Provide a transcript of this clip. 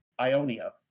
Ionia